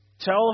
Tell